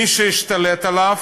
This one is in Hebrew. מי שהשתלט עליו